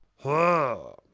ha!